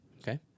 Okay